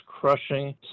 crushing